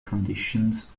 conditions